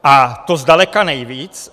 A to zdaleka nejvíc.